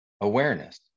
awareness